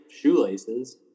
shoelaces